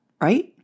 right